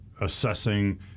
assessing